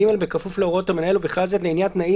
בכפוף להוראות המנהל ובכלל זה מניעת תנאים